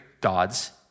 God's